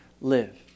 live